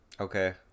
Okay